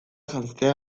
janztea